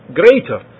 greater